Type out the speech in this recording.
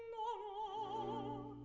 oh,